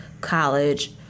College